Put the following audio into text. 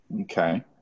Okay